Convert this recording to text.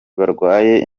barwaye